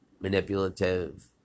Manipulative